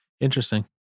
interesting